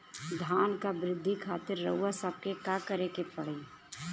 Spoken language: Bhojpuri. धान क वृद्धि खातिर रउआ सबके का करे के पड़ी?